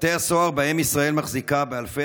בתי הסוהר שבהם ישראל מחזיקה באלפי